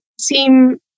seem